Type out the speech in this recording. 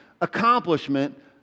accomplishment